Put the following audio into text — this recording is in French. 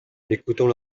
écoutons